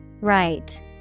Right